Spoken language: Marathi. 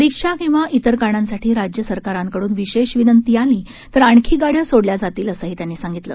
परीक्षा किंवा इतर कारणांसाठी राज्य सरकारांकडून विशेष विनंती आली तर आणखी गाड्या सोडल्या जातील असंही त्यांनी सांगितलं